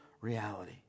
reality